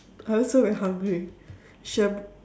I also very hungry should've